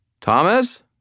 Thomas